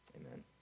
Amen